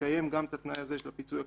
תקיים גם את התנאי הזה של הפיצוי הכספי,